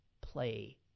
play